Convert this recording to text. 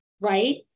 right